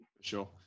sure